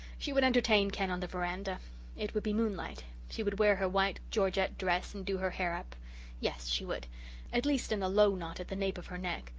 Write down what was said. she would entertain ken on the veranda it would be moonlight she would wear her white georgette dress and do her hair up yes, she would at least in a low knot at the nape of her neck.